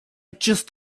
just